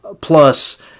plus